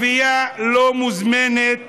ערבייה לא מוזמנת